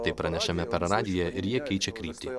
tai pranešame per radiją ir jie keičia kryptį